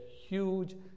huge